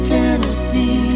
Tennessee